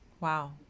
Wow